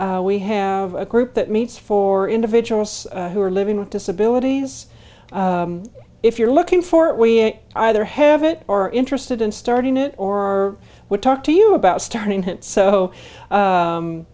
we have a group that meets for individuals who are living with disabilities if you're looking for it we either have it or interested in starting it or would talk to you about starting hits so